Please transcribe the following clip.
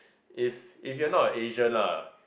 if if you're not a Asian lah